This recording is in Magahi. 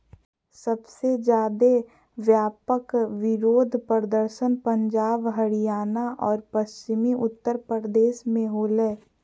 सबसे ज्यादे व्यापक विरोध प्रदर्शन पंजाब, हरियाणा और पश्चिमी उत्तर प्रदेश में होलय